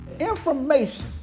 Information